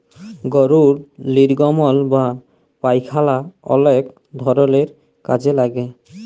গরুর লির্গমল বা পায়খালা অলেক ধরলের কাজে লাগে